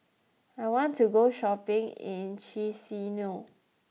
I want to go shopping in Chisinau